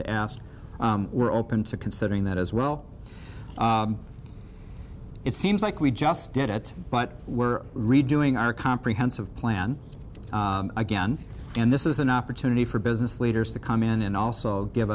to ask we're open to considering that as well it seems like we just did it but we're redoing our comprehensive plan again and this is an opportunity for business leaders to come in and also give